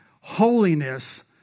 holiness